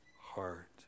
heart